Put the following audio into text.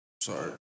Sorry